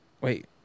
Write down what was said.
Wait